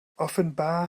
offenbar